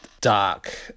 Dark